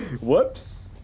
Whoops